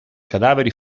cadaveri